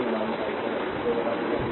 तो यह 2 i होगा